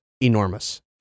enormous